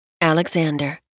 Alexander